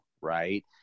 right